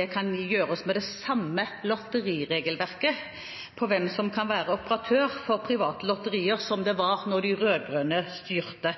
Det kan gjøres med det samme lotteriregelverket – for hvem som kan være operatør for private lotterier – som det var da de rød-grønne styrte.